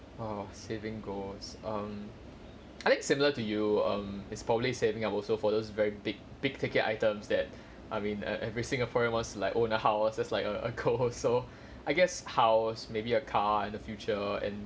err saving goals um I think similar to you um it's probably saving up also for those very big big ticket items that I mean e~ every singaporean wants like own a house just like err also I guess house maybe a car in the future and